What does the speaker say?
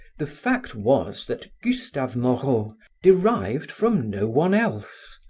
the fact was that gustave moreau derived from no one else.